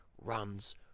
runs